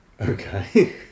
Okay